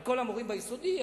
כל המורים ביסודי.